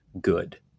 good